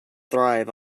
thrive